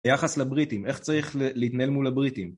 ביחס לבריטים, איך צריך להתנהל מול הבריטים?